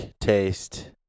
taste